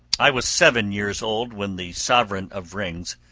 i was seven years old when the sovran of rings,